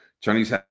chinese